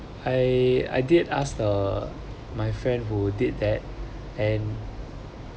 I I did ask uh my friend who did that and